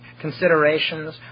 considerations